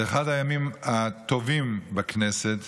זה אחד הימים הטובים בכנסת,